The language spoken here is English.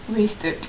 which thirty